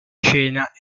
scena